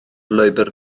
lwybr